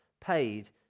paid